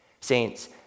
Saints